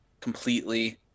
completely